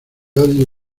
odio